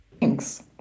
Thanks